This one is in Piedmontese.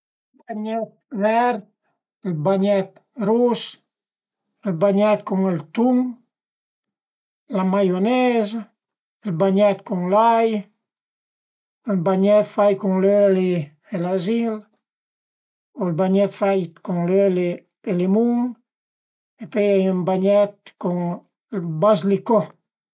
Ël bagnèt vert, ël bagnèt rus, ël bagnèt cun ël tun, la maiunez, ël banèt cun l'ai, ël bagnèt fait cun l'öli e l'azil o ël bangnèt fait cun l'öli e ël limun e pöi a ie ën bagnèt cun ël bazlicò